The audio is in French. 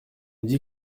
dit